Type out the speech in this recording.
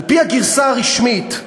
על-פי הגרסה הרשמית,